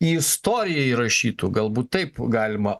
į istoriją įrašytų galbūt taip galima